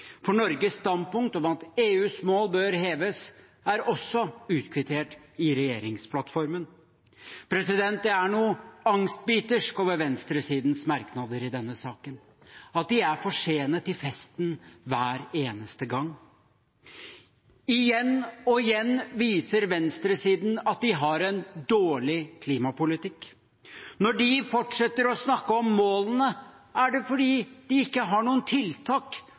for Norges standpunkt om at EUs mål bør heves, er også utkvittert i regjeringsplattformen. Det er noe angstbitersk over venstresidens merknader i denne saken – at de er for sene til festen hver eneste gang. Igjen og igjen viser venstresiden at de har en dårlig klimapolitikk. Når de fortsetter å snakke om målene, er det fordi de ikke har noen tiltak